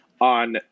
on